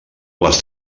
les